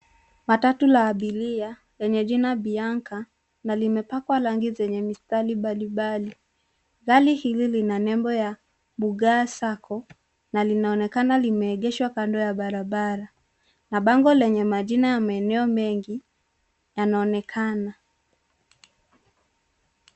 Matatu la abiria lenye jina [cs ] Bianca[cs ] na limepakwa rangi mistari mbali mbali. Gari hili lina nembo ya Bugaa Sacco na linaonekana limeegeshwa kando ya barabara. Mabango yenye majina ya maeneo mengi yanaonekana.